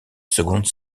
seconde